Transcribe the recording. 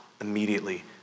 immediately